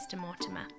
Mortimer